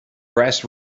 brass